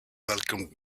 welcomed